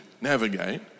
navigate